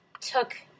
took